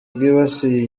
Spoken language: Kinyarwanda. bwibasiye